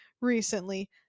recently